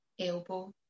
elbow